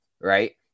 right